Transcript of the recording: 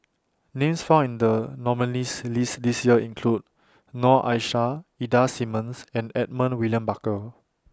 Names found in The nominees' list This Year include Noor Aishah Ida Simmons and Edmund William Barker